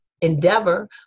endeavor